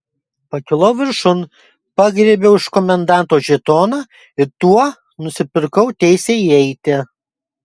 pakilau viršun pagriebiau iš komendanto žetoną ir tuo nusipirkau teisę įeiti